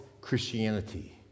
Christianity